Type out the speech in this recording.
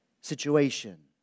situation